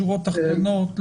שורות תחתונות.